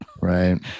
right